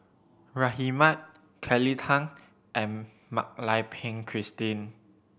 Rahimah Kelly Tang and Mak Lai Peng Christine